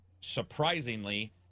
surprisingly